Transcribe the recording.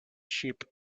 sheep